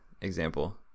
example